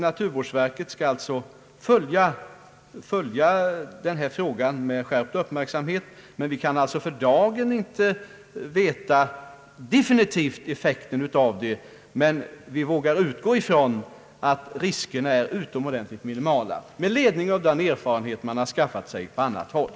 Naturvårdsverket skall följa denna fråga med skärpt uppmärksamhet och vi kan alltså för dagen inte definitivt veta effekten av dessa utsläpp. Vi vågar dock utgå ifrån att riskerna är utomordentligt minimala, med ledning av den erfarenhet man skaffat sig på annat håll.